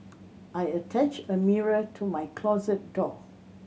I attached a mirror to my closet door